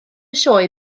sioe